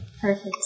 Perfect